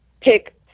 pick –